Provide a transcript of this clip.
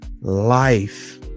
life